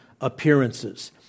appearances